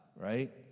Right